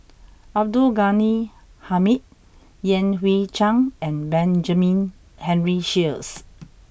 Abdul Ghani Hamid Yan Hui Chang and Benjamin Henry Sheares